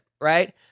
right